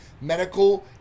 Medical